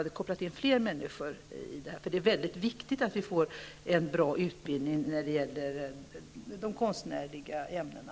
Det är mycket viktigt att vi får en utbildning när det gäller de konstnärliga ämnena.